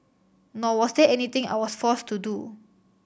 nor was there anything I was forced to do